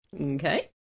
okay